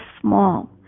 small